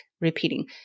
repeating